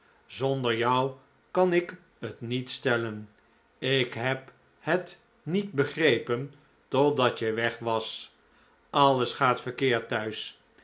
zonder jou kan ik het niet stellen ik heb het niet begrepen totdat je weg was alles gaat verkeerd thuis